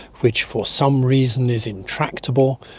which for some reason is intractable,